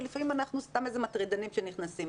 ולפעמים אנחנו סתם מטרידנים שנכנסים.